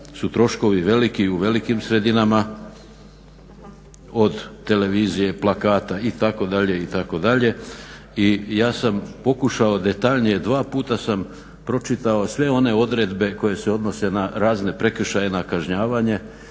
su troškovi veliki u velikim sredinama, od televizije, plakata itd., itd. i ja sam pokušao detaljnije, dva puta sam pročitao sve one odredbe koje se odnose na razne prekršaje, na kažnjavanje